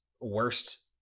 worst